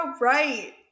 right